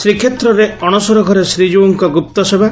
ଶ୍ରୀକ୍ଷେତ୍ରରେ ଅଣସରଘରେ ଶ୍ରୀଜୀଉଙ୍କ ଗୁପ୍ତସେବା